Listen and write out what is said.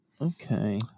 Okay